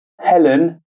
Helen